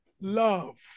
Love